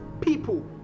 people